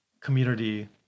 community